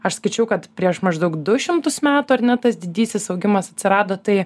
aš skaičiau kad prieš maždaug du šimtus metų ar ne tas didysis augimas atsirado tai